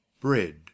bread